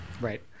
Right